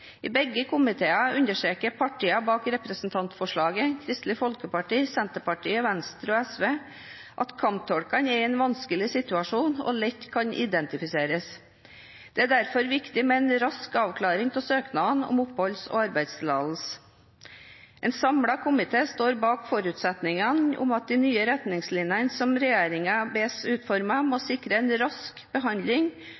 I begge komiteer understreker partiene bak representantforslaget, Kristelig Folkeparti, Senterpartiet, Venstre og SV, at kamptolkene er i en vanskelig situasjon, og lett kan identifiseres. Det er derfor viktig med en rask avklaring av søknadene om oppholds- og arbeidstillatelse. En samlet komité står bak forutsetningen om at de nye retningslinjene som regjeringen bes å utforme, må sikre en rask behandling